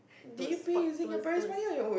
will spot close close